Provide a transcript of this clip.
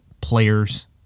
players